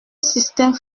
système